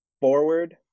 forward